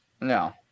No